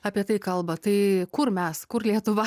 apie tai kalba tai kur mes kur lietuva